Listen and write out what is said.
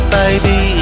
baby